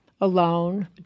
alone